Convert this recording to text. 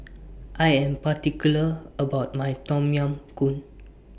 I Am particular about My Tom Yam Goong